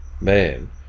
man